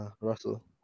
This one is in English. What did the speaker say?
Russell